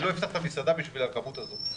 אני לא אפתח את המסעדה בשביל הכמות הזאת.